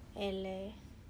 eh leh